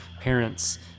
parents